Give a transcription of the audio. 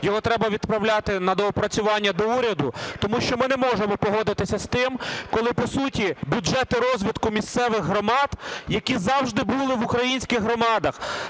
Його треба відправляти на доопрацювання до уряду, тому що ми не можемо погодитися з тим, коли по суті бюджети розвитку місцевих громад, які завжди були в українських громадах,